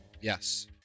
Yes